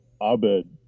Abed